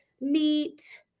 meat